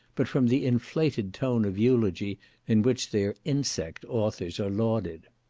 but from the inflated tone of eulogy in which their insect authors are lauded.